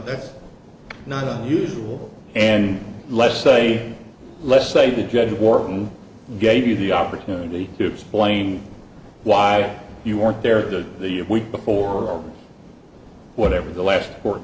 that's not unusual and let's say let's say the judge wore on and gave you the opportunity to explain why you weren't there to the week before whatever the last